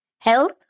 health